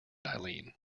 eileen